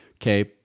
Okay